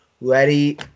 Ready